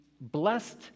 blessed